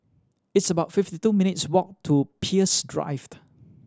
it's about fifty two minutes' walk to Peirce Drived